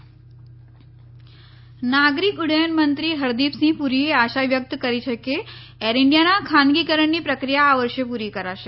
air India નાગરિક ઉદ્દયન મંત્રી હરદીપસિંહ પુરીએ આશા વ્યક્ત કરી છે કે એર ઈન્ડિયાના ખાનગીકરણની પ્રક્રિયા આ વર્ષે પૂરી કરાશે